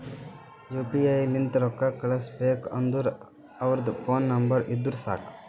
you P I ಲಿಂತ್ ರೊಕ್ಕಾ ಕಳುಸ್ಬೇಕ್ ಅಂದುರ್ ಅವ್ರದ್ ಫೋನ್ ನಂಬರ್ ಇದ್ದುರ್ ಸಾಕ್